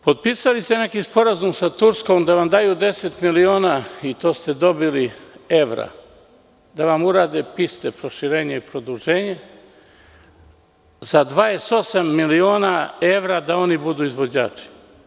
Potpisali ste neki sporazum sa Turskom da vam daju 10 miliona evra, i to ste dobili, da vam urade piste, proširenje i produženje i da za 28 miliona evra oni budu izvođači.